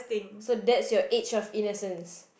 so that's your age of innocence